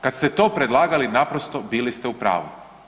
Kada ste to predlagali naprosto bili ste u pravu.